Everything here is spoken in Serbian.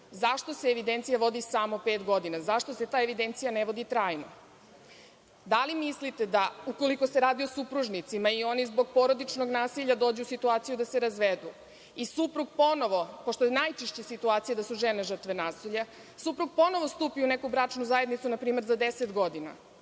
Zašto se evidencija vodi samo pet godina? zašto se ta evidencija ne vodi trajno? Da li mislite da, ukoliko se radi o supružnicima i oni zbog porodičnog nasilja dođu u situaciju da se razvedu, suprug ponovo, pošto je najčešće situacija da su žene žrtve nasilja, stupi u neku bračnu zajednicu, na primer, za 10 godina,